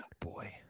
Boy